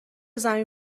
زمین